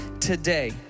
today